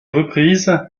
reprise